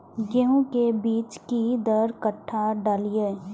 गेंहू के बीज कि दर कट्ठा डालिए?